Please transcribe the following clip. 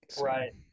Right